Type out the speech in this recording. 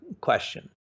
question